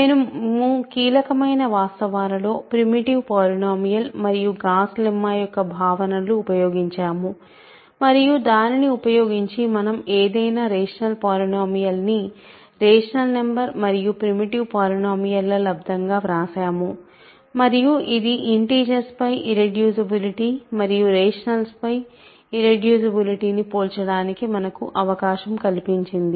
మేము కీలకమైన వాస్తవాలలో ప్రిమిటివ్ పాలినోమియల్ మరియు గాస్ లెమ్మా యొక్క భావనలు ఉపయోగించాము మరియు దానిని ఉపయోగించి మనం ఏదైనా రేషనల్ పాలినోమియల్ ని రేషనల్ నంబర్ మరియు ప్రిమిటివ్ పాలినోమియల్ ల లబ్దం గా వ్రాసాము మరియు ఇది ఇంటిజర్స్ పై ఇర్రెడ్యూసిబులిటీ మరియు రేషనల్స్ పై ఇర్రెడ్యూసిబులిటీను పోల్చడానికి మనకు అవకాశం కల్పించింది